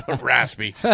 raspy